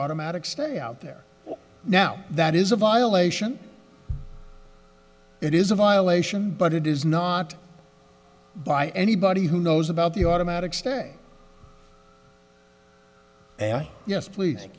automatic stay out there now that is a violation it is a violation but it is not by anybody who knows about the automatic stay yes pleas